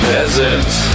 Peasants